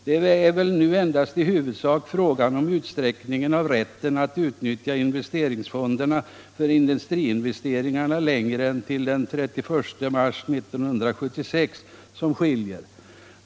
Det är väl nu endast i huvudsak frågan om utsträckningen av rätten att utnyttja investeringsfonderna för industriinvesteringar längre än till den 31 mars 1976 som skiljer.